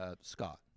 Scott